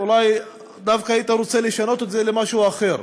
ואולי דווקא היית רוצה לשנות את זה למשהו אחר.